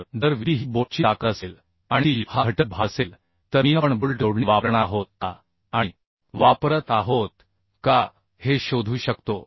तर जर Vbही बोल्टची ताकद असेल आणिTu हा घटक भार असेल तर मी आपण बोल्ट जोडणी वापरणार आहोत का आणि वापरत आहोत का हे शोधू शकतो